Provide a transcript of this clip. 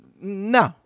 No